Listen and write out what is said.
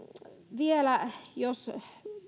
vielä jos